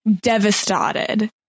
devastated